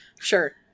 Sure